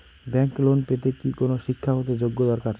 Bank loan পেতে কি কোনো শিক্ষা গত যোগ্য দরকার?